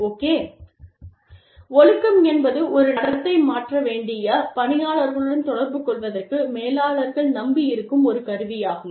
okay ஒழுக்கம் என்பது ஒரு நடத்தை மாற்ற வேண்டிய பணியாளர்களுடன் தொடர்புகொள்வதற்கு மேலாளர்கள் நம்பியிருக்கும் ஒரு கருவியாகும்